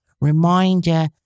Reminder